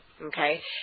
okay